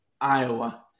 Iowa